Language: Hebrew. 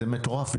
זה מטורף.